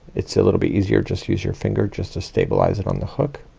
it's a little bit easier. just use your finger just to stabilize it on the hook.